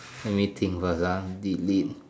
let me think first ah delete